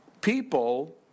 people